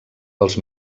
dels